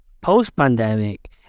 post-pandemic